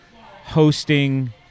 hosting